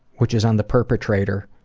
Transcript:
which is on the perpetrator,